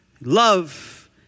love